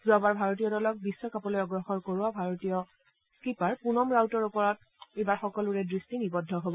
যোৱাবাৰ ভাৰতীয় দলক বিশ্বকাপলৈ অগ্ৰসৰ কৰোৱা ভাৰতীয় স্পীনাৰ পুনম ৰাউটৰ ওপৰত এইবাৰ সকলোৰে দুট্টি নিবদ্ধ হব